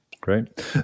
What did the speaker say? great